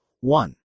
One